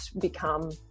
become